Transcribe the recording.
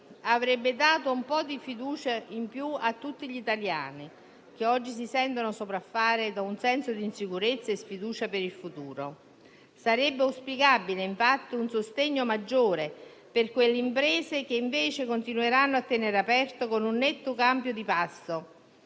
avrebbe dato un po' di fiducia in più a tutti gli italiani, che oggi si sentono sopraffare da un senso di insicurezza e sfiducia per il futuro. Sarebbe auspicabile, infatti, un sostegno maggiore per quelle imprese che continueranno a restare aperte, con un netto cambio di